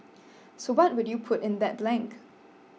so what would you put in that blank